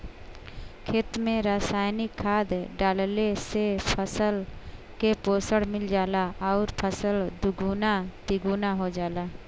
खेत में रासायनिक खाद डालले से फसल के पोषण मिल जाला आउर फसल दुगुना तिगुना हो जाला